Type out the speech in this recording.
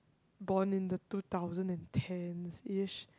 bond in the two thousand and ten each